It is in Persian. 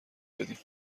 بدیم